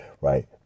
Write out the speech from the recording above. right